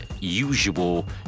usual